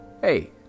hey